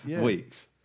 weeks